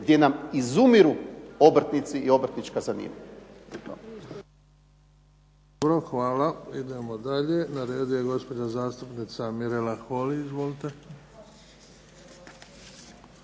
gdje nam izumiru obrtnici i obrtnička zanimanja.